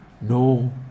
No